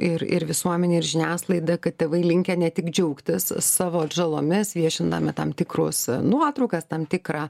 ir ir visuomenė ir žiniasklaida kad tėvai linkę ne tik džiaugtis savo atžalomis viešindami tam tikrus nuotraukas tam tikrą